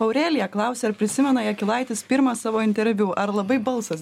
aurelija klausia ar prisimena jakilaitis pirmą savo interviu ar labai balsas